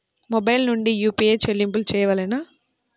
Mobile నుండే UPI చెల్లింపులు చేయవలెనా?